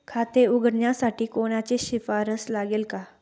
खाते उघडण्यासाठी कोणाची शिफारस लागेल का?